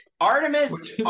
Artemis